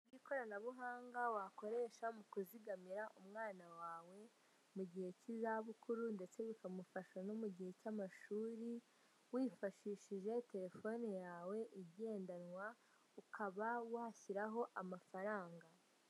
Ikoranabuhanga wakoresha mu kuzigamira umwana wawe, mu gihe cy'izabukuru ndetse bikamufasha no mu gihe cy'amashuri, wifashishije telefone yawe igendanwa ukaba washyiraho amafaranga.